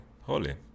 holy